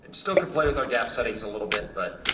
and still could play with our gap settings a little bit, but,